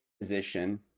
position